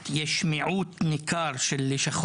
נכון?